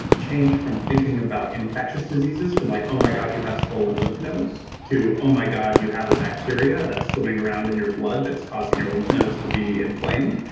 changed from thinking about infectious diseases, from like, oh my god, you have swollen lymph nodes, to, oh my god, you have a bacteria that's swimming around in your blood that's causing your lymph nodes to be inflamed.